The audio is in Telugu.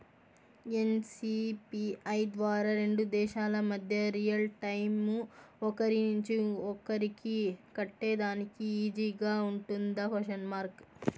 ఎన్.సి.పి.ఐ ద్వారా రెండు దేశాల మధ్య రియల్ టైము ఒకరి నుంచి ఒకరికి కట్టేదానికి ఈజీగా గా ఉంటుందా?